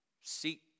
Seek